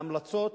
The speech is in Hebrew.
ההמלצות